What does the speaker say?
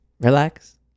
relax